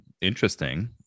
interesting